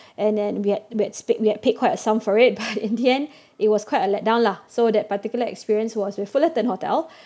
and then we had we had speak we had paid quite a sum for it but in the end it was quite a let down lah so that particular experience was with Fullerton hotel